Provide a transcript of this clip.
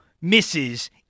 misses